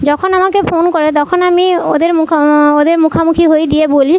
যখন আমাকে ফোন করে তখন আমি ওদের মুখে ওদের মুখামুখি হই দিয়ে বলি